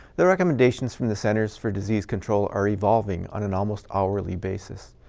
the recommendations from the centers for disease control are evolving on an almost hourly basis.